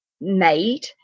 made